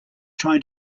trying